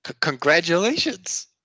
Congratulations